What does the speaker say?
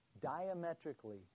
diametrically